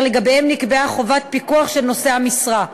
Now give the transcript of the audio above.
לגביהן נקבעה חובת פיקוח של נושא המשרה.